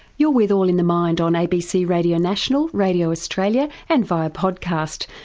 you're with all in the mind on abc radio national, radio australia and via podcast.